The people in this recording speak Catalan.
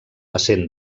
essent